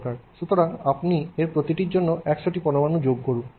সুতরাং আপনি এর প্রতিটির জন্য 100 টি পরমাণু যোগ করুন